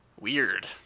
weird